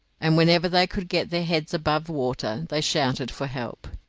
and whenever they could get their heads above water they shouted for help.